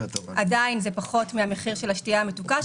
עדיין זה פחות מן המחיר של השתייה המתוקה,